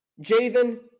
Javen